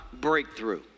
breakthrough